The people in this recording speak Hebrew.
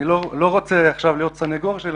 אני לא רוצה עכשיו להיות סנגור שלהן.